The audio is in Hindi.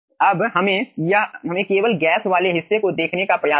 अब हमें केवल गैस वाले हिस्से को देखने का प्रयास करें